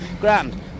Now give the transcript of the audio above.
grand